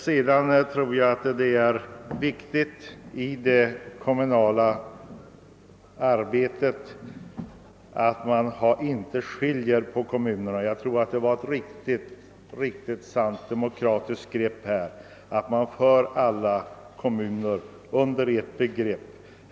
Jag tror det är viktigt i det kommunala arbetet att inte skilja mellan kommuner av olika typer. Det måste vara ett demokratiskt riktig grepp att samla alla kommuner under en benämning.